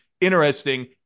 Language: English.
interesting